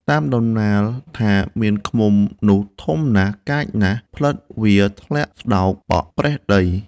តាមដំណាលថា មានឃ្មុំនោះធំហើយកាចណាស់ ផ្លិតវាធ្លាក់ស្តោកប៉ប្រះដី ។